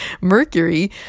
Mercury